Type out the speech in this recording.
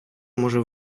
може